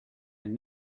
and